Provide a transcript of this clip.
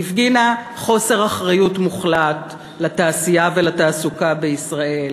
היא הפגינה חוסר אחריות מוחלט כלפי התעשייה והתעסוקה בישראל,